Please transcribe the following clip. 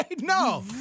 no